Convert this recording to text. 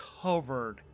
covered